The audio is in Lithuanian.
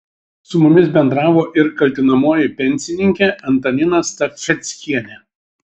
su mumis bendravo ir kaltinamoji pensininkė antanina stafeckienė